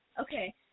Okay